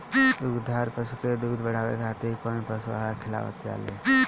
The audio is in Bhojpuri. दुग्धारू पशु के दुध बढ़ावे खातिर कौन पशु आहार खिलावल जाले?